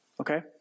Okay